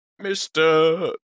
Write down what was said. Mr